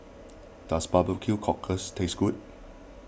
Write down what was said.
does Barbecue Cockles taste good